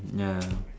ya